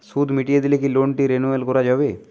সুদ মিটিয়ে দিলে কি লোনটি রেনুয়াল করাযাবে?